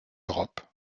europe